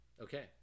Okay